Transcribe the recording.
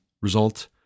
result